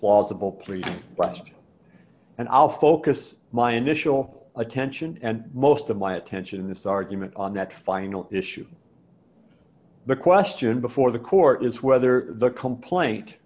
please rest and i'll focus my initial attention and most of my attention in this argument on that final issue the question before the court is whether the complaint